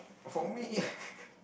for me